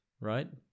right